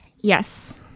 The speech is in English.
Yes